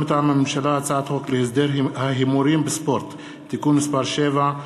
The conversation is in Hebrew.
מטעם הממשלה: הצעת חוק להסדר ההימורים בספורט (תיקון מס' 7),